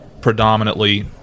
predominantly